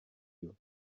you